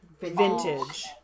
vintage